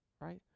right